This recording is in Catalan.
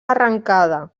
arrencada